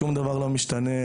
שום דבר לא משתנה.